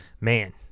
Man